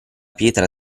pietra